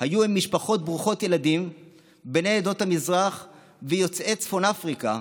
היו משפחות ברוכות ילדים מבני עדות המזרח ויוצאי צפון אפריקה,